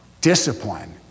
discipline